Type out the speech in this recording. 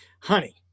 honey